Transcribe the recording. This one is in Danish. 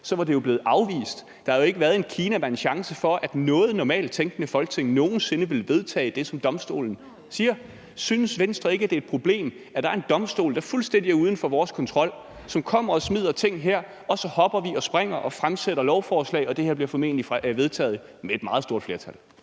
var det jo blevet afvist. Der havde ikke været en kinamands chance for, at noget normalt tænkende Folketing nogen sinde ville vedtage det, som domstolen siger. Synes Venstre ikke, at det er et problem, at der er en domstol, der fuldstændig er uden for vores kontrol? Den kommer og smider ting her, og så hopper og springer vi og fremsætter lovforslag, og det her bliver formentlig vedtaget med et meget stort flertal.